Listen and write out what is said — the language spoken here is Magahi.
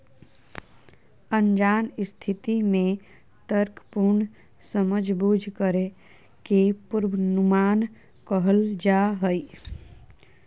अनजान स्थिति में तर्कपूर्ण समझबूझ करे के पूर्वानुमान कहल जा हइ